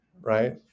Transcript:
Right